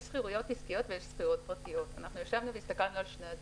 יש שכירויות עסקיות ויש שכירויות פרטיות והסתכלנו על שני הדברים: